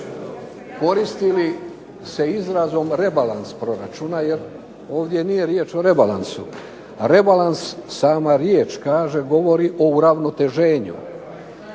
koristili se izrazom rebalans proračuna, jer ovdje nije riječ o rebalansu. Rebalans, sama riječ kaže govori o uravnoteženju,